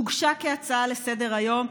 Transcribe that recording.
הוגשה כהצעה לסדר-היום,